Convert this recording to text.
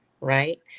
right